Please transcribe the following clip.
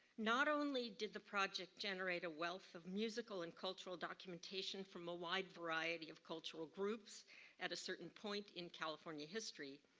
not only did the project generate a wealth of musical and cultural documentation from a wide variety of cultural groups at a certain point in california history,